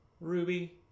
Ruby